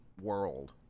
world